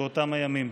באותם הימים.